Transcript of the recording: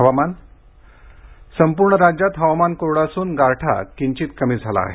हवामान संपूर्ण राज्यात हवामान कोरडं असून गारठा किंचित कमी झाला आहे